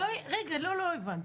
לא הבנתי.